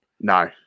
No